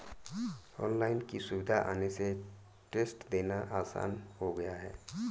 online की सुविधा आने से टेस्ट देना आसान हो गया है